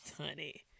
honey